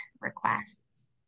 requests